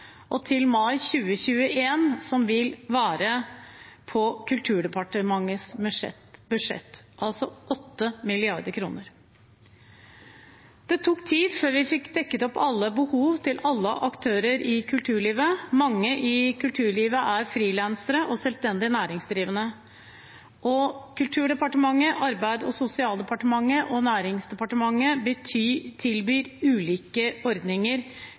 på Kulturdepartementets budsjett. Det tok tid før vi fikk dekket opp alle behov til alle aktører i kulturlivet. Mange i kulturlivet er frilansere og selvstendig næringsdrivende. Kulturdepartementet, Arbeids- og sosialdepartementet og Næringsdepartementet tilbyr ulike ordninger